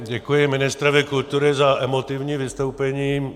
Děkuji ministrovi kultury za emotivní vystoupení.